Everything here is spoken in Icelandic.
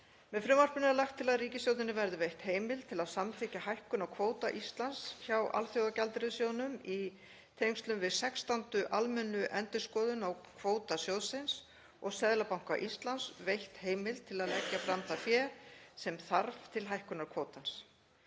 Með frumvarpinu er lagt til að ríkisstjórninni verði veitt heimild til að samþykkja hækkun á kvóta Íslands hjá Alþjóðagjaldeyrissjóðnum í tengslum við sextándu almennu endurskoðun á kvóta sjóðsins og Seðlabanka Íslands veitt heimild til að leggja fram það fé sem þarf til hækkunar kvótans.